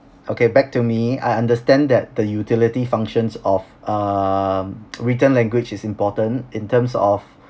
okay back to me I understand that the utility functions of um written language is important in terms of